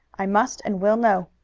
i must and will know.